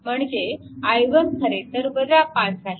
म्हणजे i1 खरेतर 5A आहे